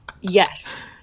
yes